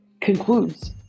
concludes